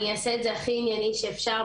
אני אעשה את זה הכי ענייני שאפשר.